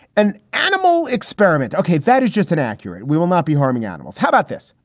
an animal experiment. ok. that is just an accurate. we will not be harming animals. how about this?